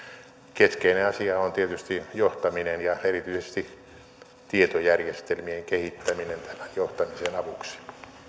keskeinen asia on tietysti johtaminen ja erityisesti tietojärjestelmien kehittäminen tämän johtamisen avuksi